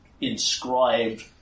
inscribed